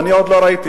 אני עוד לא ראיתי,